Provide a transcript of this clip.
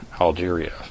Algeria